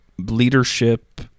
leadership